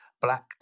Black